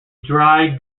dry